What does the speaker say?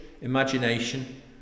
imagination